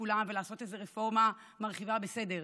המקצועות, לעשות איזו רפורמה מרחיבה, בסדר,